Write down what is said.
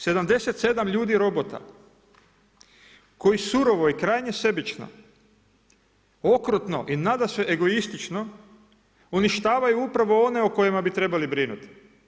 77 ljudi robota koji surovo i krajnje sebično, okrutno i nadasve egoistično uništavaju upravo one o kojima bi trebali brinuti.